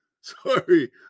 sorry